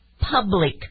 public